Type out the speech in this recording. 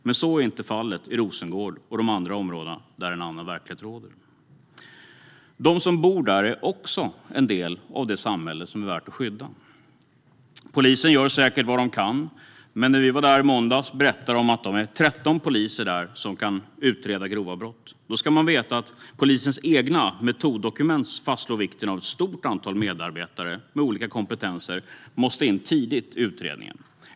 Men så är inte fallet i Rosengård och i de andra områden där en annan verklighet råder. De som bor där är också en del av det samhälle som är värt att skydda. Poliserna gör säkert vad de kan. Men när vi var där i måndags berättade de att de är 13 poliser där som kan utreda grova brott. Då ska man veta att polisens eget metoddokument fastslår vikten av att ett stort antal medarbetare med olika kompetenser kommer in tidigt i utredningen.